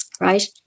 right